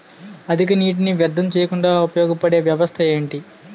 అధిక నీటినీ వ్యర్థం చేయకుండా ఉపయోగ పడే వ్యవస్థ ఏంటి